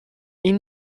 این